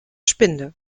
spinde